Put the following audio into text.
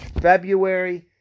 February